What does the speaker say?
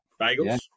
Bagels